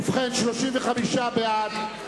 ובכן, 35 בעד,